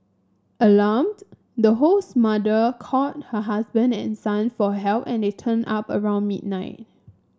alarmed the host mother called her husband and son for help and they turned up around midnight